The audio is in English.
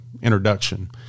introduction